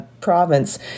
province